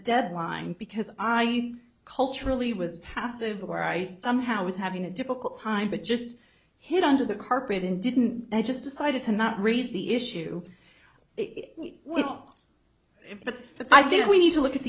deadline because i culturally was passive or i somehow was having a difficult time but just hid under the carpet and didn't i just decided to not raise the issue with it but i think we need to look at